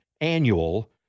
annual